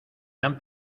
han